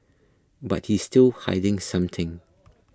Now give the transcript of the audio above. but he's still hiding something